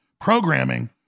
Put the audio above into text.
programming